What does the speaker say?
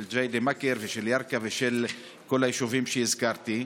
ג'דיידה-מכר ושל ירכא ושל כל היישובים שהזכרתי,